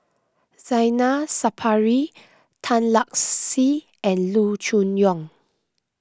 Zainal Sapari Tan Lark Sye and Loo Choon Yong